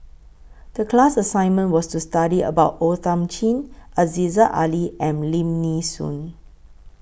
The class assignment was to study about O Thiam Chin Aziza Ali and Lim Nee Soon